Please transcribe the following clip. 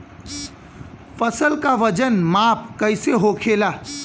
फसल का वजन माप कैसे होखेला?